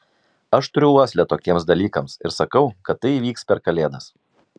aš turiu uoslę tokiems dalykams ir sakau kad tai įvyks per kalėdas